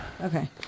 Okay